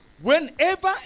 Whenever